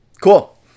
Cool